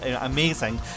amazing